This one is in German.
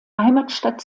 heimatstadt